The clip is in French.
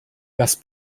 passe